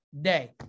day